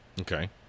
Okay